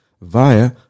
via